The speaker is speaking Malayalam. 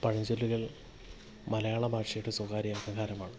പഴഞ്ചൊല്ലുകൾ മലയാള ഭാഷയുടെ സ്വകാര്യ അഹങ്കാരമാണ്